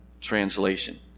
translation